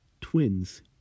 Twins